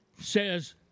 says